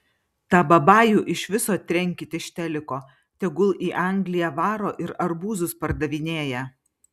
tą babajų iš viso trenkit iš teliko tegul į angliją varo ir arbūzus pardavinėja